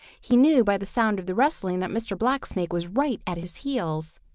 he knew by the sound of the rustling that mr. blacksnake was right at his heels.